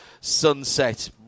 sunset